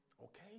Okay